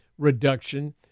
Reduction